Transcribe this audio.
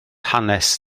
hanes